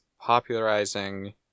popularizing